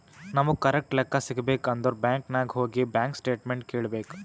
ನಮುಗ್ ಕರೆಕ್ಟ್ ಲೆಕ್ಕಾ ಸಿಗಬೇಕ್ ಅಂದುರ್ ಬ್ಯಾಂಕ್ ನಾಗ್ ಹೋಗಿ ಬ್ಯಾಂಕ್ ಸ್ಟೇಟ್ಮೆಂಟ್ ಕೇಳ್ಬೇಕ್